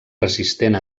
resistent